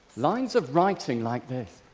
lines of writing like this?